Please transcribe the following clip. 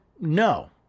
no